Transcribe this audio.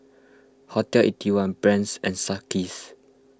Hotel Eighty One Brand's and Sunkist